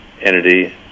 entity